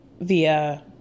via